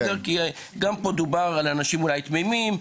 גם פה דובר על אנשים אולי תמימים,